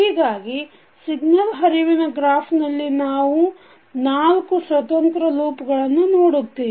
ಹೀಗಾಗಿ ಸಿಗ್ನಲ್ ಹರಿವಿನ ಗ್ರಾಫ್ ನಲ್ಲಿ ನಾವು ನಾಲ್ಕು ಸ್ವತಂತ್ರ ಲೂಪ್ ಗಳನ್ನು ನೋಡುತ್ತೇವೆ